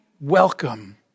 welcome